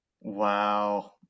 Wow